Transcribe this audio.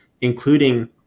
including